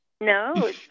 No